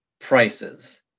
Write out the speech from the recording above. prices